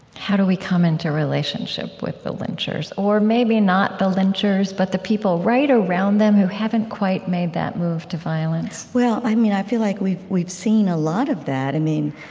how do we come into relationship with the lynchers? or maybe not the lynchers but the people right around them who haven't quite made that move to violence well, i mean, i feel like we've we've seen a lot of that and